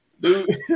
dude